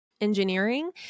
engineering